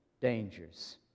dangers